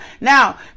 Now